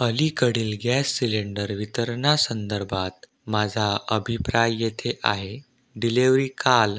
अलीकडील gas cylinder वितरणासंदर्भात माझा अभिप्राय येथे आहे डिलेवरी काल